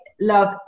love